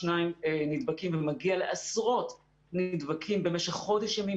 שניים נדבקים ומגיע לעשרות נדבקים במשך חודש ימים,